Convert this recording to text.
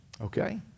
Okay